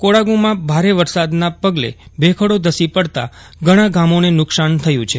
કોડાગુમાં ભારે વરસાદના પગલે ભેખડો ધસી પડતા ઘણા ગામોને નુકસાન થયું છે